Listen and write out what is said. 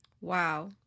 Wow